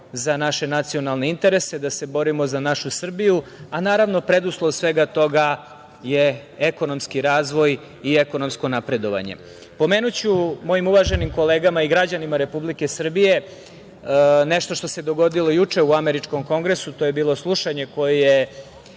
za naše nacionalne interese, da se borimo za našu Srbiju. Naravno, preduslov svega toga je ekonomski razvoj i ekonomsko napredovanje. Pomenuću mojim uvaženim kolegama i građanima Republike Srbije nešto što se dogodilo juče u Američkom kongresu, to je bilo slušanje koje je